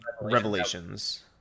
Revelations